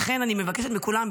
לכן אני מבקשת מכולם,